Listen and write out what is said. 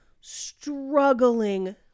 struggling